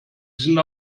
sind